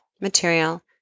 material